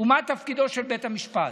ומה תפקידו של בית המשפט,